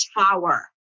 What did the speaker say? tower